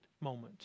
moment